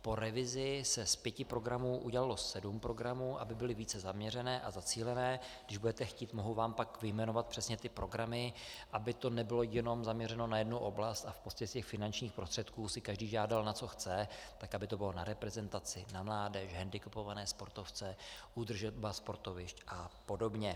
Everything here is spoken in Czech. Po revizi se z pěti programů udělalo sedm programů, aby byly více zaměřené a zacílené když budete chtít, mohu vám pak vyjmenovat přesně ty programy aby to nebylo jenom zaměřeno na jednu oblast, a z těch finančních prostředků si každý žádal, na co chce, tak aby to bylo na reprezentaci, na mládež, na hendikepované sportovce, údržba sportovišť apod.